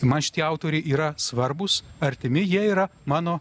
man šitie autoriai yra svarbūs artimi jie yra mano